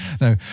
No